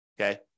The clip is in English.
okay